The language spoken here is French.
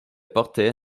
portait